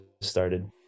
started